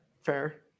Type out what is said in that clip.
Fair